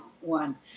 one